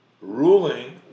ruling